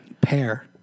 Pair